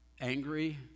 angry